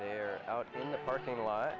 they're out in the parking lot